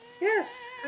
Yes